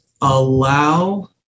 allow